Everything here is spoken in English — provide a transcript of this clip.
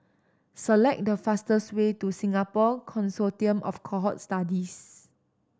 select the fastest way to Singapore Consortium of Cohort Studies